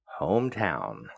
hometown